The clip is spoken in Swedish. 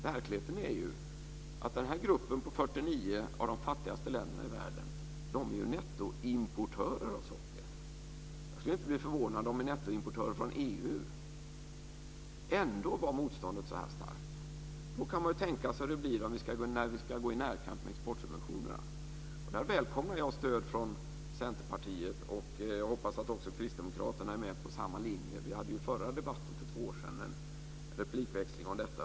Verkligheten är ju att den här gruppen av 49 av de fattigaste länderna i världen är nettoimportörer av socker. Jag skulle inte bli förvånad om de är nettoimportörer från EU. Ändå var motståndet så starkt. Då kan man tänka sig hur det blir när vi ska gå i närkamp med exportsubventionerna. Där välkomnar jag stöd från Centerpartiet och hoppas också att Kristdemokraterna är med på samma linje. Vi hade i den förra debatten för två år sedan en replikväxling om detta.